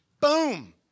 boom